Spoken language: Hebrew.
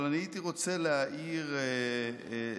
אבל אני הייתי רוצה להאיר זווית,